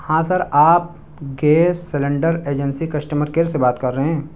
ہاں سر آپ gas cylinder agency customer care سے بات کر رہے ہیں